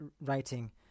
writing